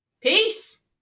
peace